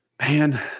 Man